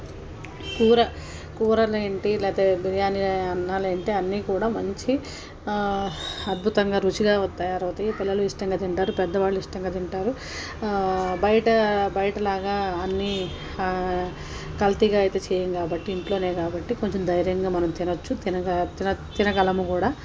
కూర కూరలేంటి లేతే బిర్యానీ అన్నాలు ఏంటి అన్నీ కుడా మంచి అద్భుతంగా రుచిగా తయారవుతయి పిల్లలు ఇష్టంగా తింటారు పెద్ద వాళ్ళు ఇష్టంగా తింటారు బయట బయటలాగా అన్నీ కల్తీగా అయితే చేయం కాబట్టి ఇంట్లోనే కాబట్టి కొంచెం ధైర్యంగా మనం తినవచ్చు తినగలము కూడా